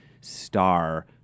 star